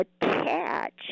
attach